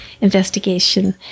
investigation